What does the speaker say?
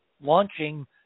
launching